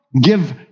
give